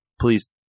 please